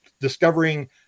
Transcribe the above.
discovering